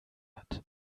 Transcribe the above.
hat